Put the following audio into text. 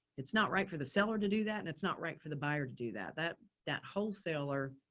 it's not right for the seller to do that. and it's not right for the buyer to do that, that, that wholesaler